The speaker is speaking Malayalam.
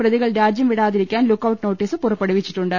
പ്രതികൾ രാജ്യം വിടാതിരിക്കാൻ ലുക്ക് ഔട്ട് നോട്ടീസ് പുറപ്പെടുവിച്ചിട്ടുണ്ട്